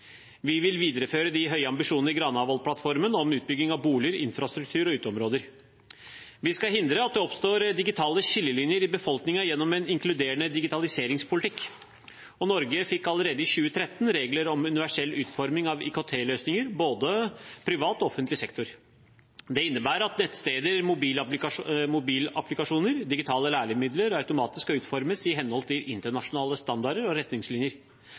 Vi vil videreføre de høye ambisjonene i Granavolden-plattformen om utbygging av boliger, infrastruktur og uteområder. Vi skal hindre at det oppstår digitale skillelinjer i befolkningen gjennom en inkluderende digitaliseringspolitikk. Norge fikk allerede i 2013 regler om universell utforming av IKT-løsninger, både i privat og offentlig sektor. Det innebærer at nettsteder, mobilapplikasjoner og digitale læremidler automatisk skal utformes i henhold til internasjonale standarder og retningslinjer.